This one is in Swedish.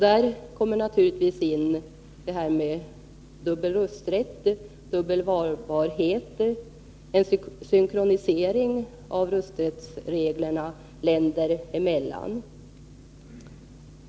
Däri ingår naturligtvis spörsmålen om dubbel rösträtt, dubbel valbarhet och en synkronisering av rösträttsreglerna länder emellan.